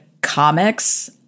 comics